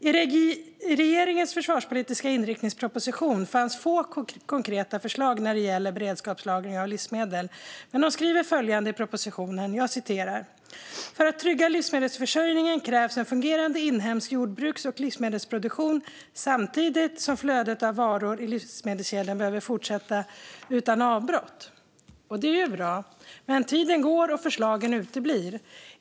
I regeringens försvarspolitiska inriktningsproposition fanns få konkreta förslag när det gäller beredskapslagring av livsmedel, men man skriver följande i propositionen: "För att trygga livsmedelsförsörjningen krävs en fungerande inhemsk jordbruks och livsmedelsproduktion samtidigt som flödet av varor i livsmedelskedjan behöver fortsätta utan avbrott." Det är bra, men tiden går och förslagen uteblir.